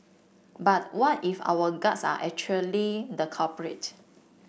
but what if our guts are actually the culprit